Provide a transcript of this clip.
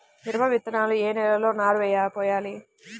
మిరప విత్తనాలు ఏ నెలలో నారు పోయాలి?